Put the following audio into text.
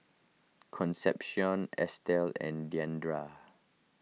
Concepcion Estell and Diandra